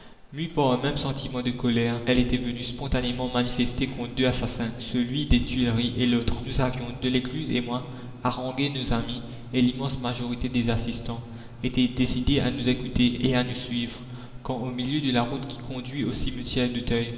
mue par un même sentiment de colère elle était venue spontanément manifester contre deux assassins celui des tuileries et l'autre nous avions delescluze et moi harangué nos amis et l'immense majorité des assistants était décidée à nous écouter et à nous suivre quand au milieu de la route qui conduit au